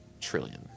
trillion